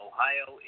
Ohio